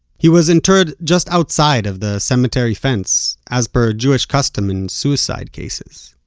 he was interred just outside of the cemetery fence, as per jewish custom in suicide cases.